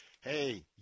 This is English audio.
Hey